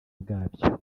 bwabyo